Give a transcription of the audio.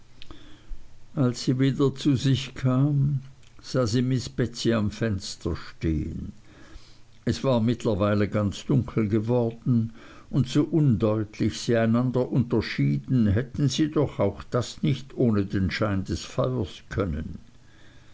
als sie wieder zu sich kam sah sie miß betsey am fenster stehen es war mittlerweile ganz dunkel geworden und so undeutlich sie einander unterschieden hätten sie doch auch das nicht ohne den schein des feuers können